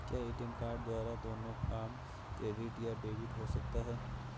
क्या ATM card द्वारा दोनों काम क्रेडिट या डेबिट हो सकता है?